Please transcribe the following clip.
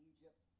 Egypt